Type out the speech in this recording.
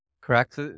Correct